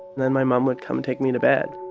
then my mom would come take me to bed